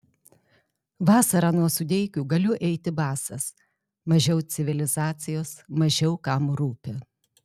vasarą nuo sudeikių galiu eiti basas mažiau civilizacijos mažiau kam rūpi